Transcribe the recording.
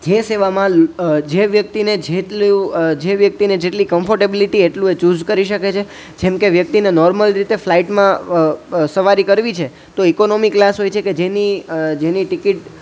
જે સેવામાં જે વ્યક્તિને જેટલું જે વ્યક્તિને જેટલી કમફોર્ટટેબિલિટી એટલું જ એ ચ્યુઝ કરી શકે છે જેમ કે વ્યક્તિને નોર્મલ રીતે ફ્લાઈટમાં સવારી કરવી છે તો ઇકોનોમિક કલાસ હોય છે કે જેની જેની ટીકીટ